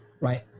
right